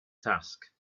task